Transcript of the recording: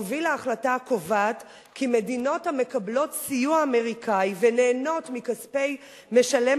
הובילה החלטה הקובעת כי מדינות המקבלות סיוע אמריקני ונהנות מכספי משלם